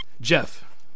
Jeff